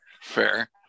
Fair